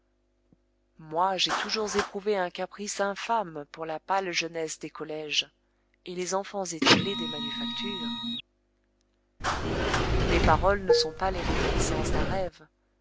moi j'ai toujours éprouvé un caprice infâme pour la pâle jeunesse des collèges et les enfants étiolés des manufactures mes paroles ne sont pas les réminiscences d'un rêve